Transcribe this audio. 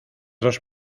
dos